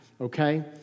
Okay